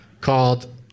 called